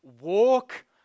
Walk